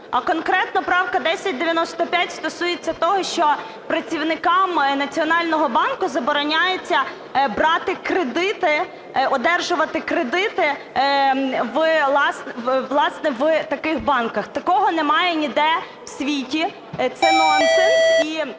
А конкретно правка 1095 стосується того, що працівникам Національного банку забороняється брати кредити, одержувати кредити, власне, в таких банках. Такого немає ніде в світі, це нонсенс.